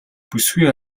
бүсгүй